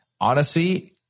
Odyssey